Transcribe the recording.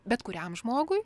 bet kuriam žmogui